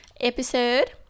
episode